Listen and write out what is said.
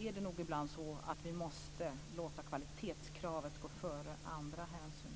är det nog ibland så att vi måste låta kvalitetskravet gå före andra hänsyn.